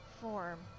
form